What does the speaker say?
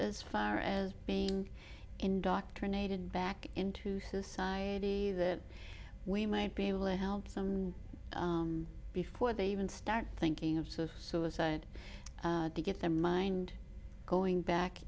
as far as being indoctrinated back into society that we might be able to help them before they even start thinking of suicide to get their mind going back